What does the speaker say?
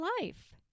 life